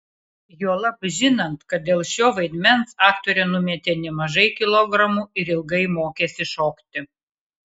juolab žinant kad dėl šio vaidmens aktorė numetė nemažai kilogramų ir ilgai mokėsi šokti